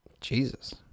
Jesus